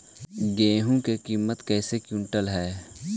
गेहू के किमत कैसे क्विंटल है?